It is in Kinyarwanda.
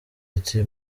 iti